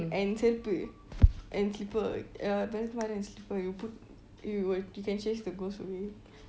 and செருப்பு:cherupu and slipper uh வெளக்கமாரு:velakamaru and slipper you put you will you can chase the ghost away